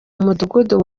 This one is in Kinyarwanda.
mudugudu